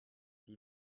die